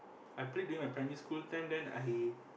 I played during my primary school time then I